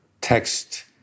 text